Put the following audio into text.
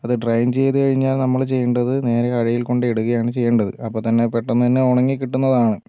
അത് ഡ്രയിൻ ചെയ്തു കഴിഞ്ഞാൽ നമ്മൾ ചെയ്യേണ്ടത് നേരെ അഴയിൽ കൊണ്ടുപോയി ഇടുകയാണ് ചെയ്യേണ്ടത് അപ്പോൾ തന്നെ പെട്ടന്ന് തന്നെ ഉണങ്ങി കിട്ടുന്നതാണ്